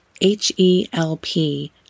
H-E-L-P